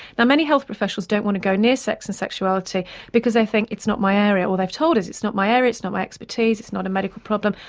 now many health professionals don't want to go near sex and sexuality because they think it's not my area, or they told us it's not my area, it's not my expertise, it's not a medical problem,